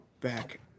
back